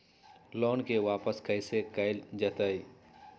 Loan के वापस कैसे कैल जतय?